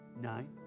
Nine